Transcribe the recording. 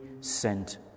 sent